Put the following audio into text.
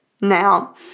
Now